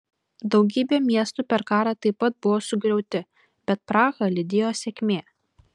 daugybė miestų per karą taip pat buvo sugriauti bet prahą lydėjo sėkmė